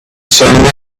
suddenly